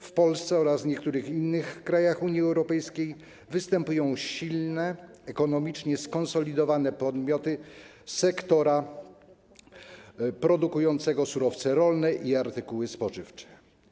W Polsce oraz niektórych innych krajach Unii Europejskiej występują silne, ekonomicznie skonsolidowane podmioty sektora produkującego surowce rolne i artykuły spożywcze.